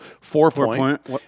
four-point